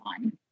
on